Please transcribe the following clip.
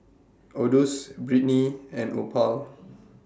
Odus Britny and Opal